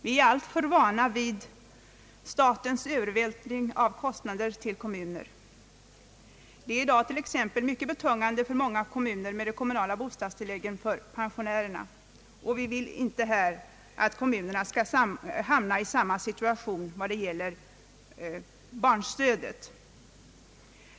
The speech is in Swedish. Vi är alltför vana vid statens övervältring av kostnader på kommunerna. Det är i dag mycket betungande för många kommuner med t.ex. de kommunala bostadstilläggen för pensionärer, och vi vill inte att kommunerna skall hamna i samma situation när det gäller barnstödet.